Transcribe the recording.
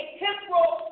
temporal